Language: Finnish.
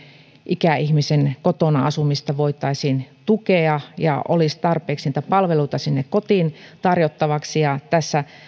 ikäihmisen kotona asumista voitaisiin tukea ja olisi tarpeeksi niitä palveluita sinne kotiin tarjottavaksi tässä